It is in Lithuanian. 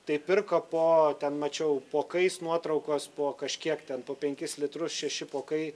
tai pirko po ten mačiau pokais nuotraukos po kažkiek ten po penkis litrus šeši pokai